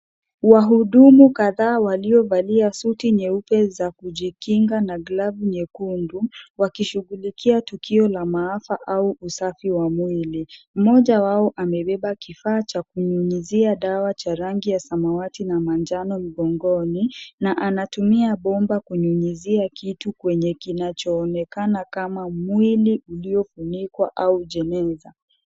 Wahudumu kadhaa waliovalia suti nyeupe za kujikinga na glavu nyekundu wakishughulikia tukio la maafa au usafi wa mwili. Mmoja wao amebeba kifaa cha kunyunyizia dawa cha rangi ya samawati na manjano mgongoni na anatumia bomba kunyunyizia kitu kwenye kinachoonekana kama mwili uliofunikwa au jeneza.